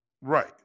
Right